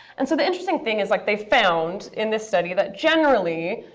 and so the interesting thing is like they found in this study that generally,